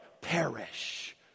perish